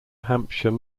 hampshire